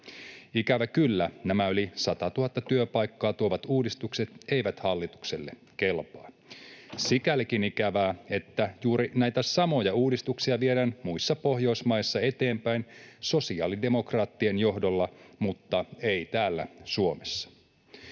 Ikävä kyllä nämä yli 100 000 työpaikkaa tuovat uudistukset eivät hallitukselle kelpaa. Sikälikin ikävää, että juuri näitä samoja uudistuksia viedään muissa Pohjoismaissa eteenpäin sosiaalidemokraattien johdolla, mutta ei täällä Suomessa.